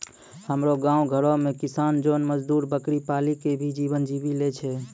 हमरो गांव घरो मॅ किसान जोन मजदुर बकरी पाली कॅ भी जीवन जीवी लॅ छय